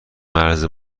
مرز